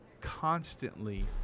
constantly